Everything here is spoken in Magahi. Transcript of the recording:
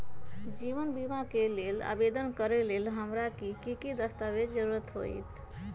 जीवन बीमा के लेल आवेदन करे लेल हमरा की की दस्तावेज के जरूरत होतई?